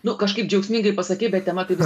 nu kažkaip džiaugsmingai pasakei bet tema tai